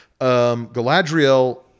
Galadriel